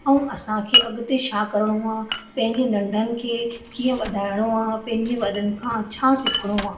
ऐं असां खे अॻिते छा करिणो आहे पंहिंजे नंढनि खे कीअं वधाइणो आहे पंहिंजे वॾनि खां छा सिखिणो आहे